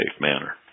manner